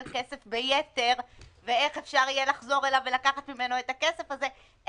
כסף ביתר ואיך אפשר יהיה לחזור אליו ולקחת ממנו את הכסף הזה,